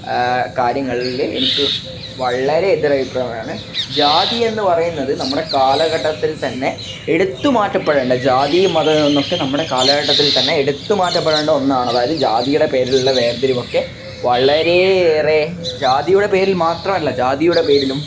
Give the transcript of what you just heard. കാര്യങ്ങളിൽ എനിക്ക് വളരെ എതിരഭിപ്രായാണ് ജാതി എന്ന് പറയുന്നത് നമ്മുടെ കാലഘട്ടത്തിൽ തന്നെ എടുത്തു മാറ്റപ്പെടേണ്ട ജാതി മതം എന്നൊക്കെ നമ്മുടെ കാലഘട്ടത്തിൽ തന്നെ എടുത്ത് മാറ്റപ്പെടേണ്ട ഒന്നാണ് അതായത് ജാതിയുടെ പേരിലുള്ള വേർതിരിവൊക്കെ വളരെയേറെ ജാതിയുടെ പേരിൽ മാത്രമല്ല ജാതിയുടെ പേരിലും